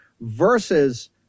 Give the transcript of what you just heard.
versus